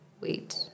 Wait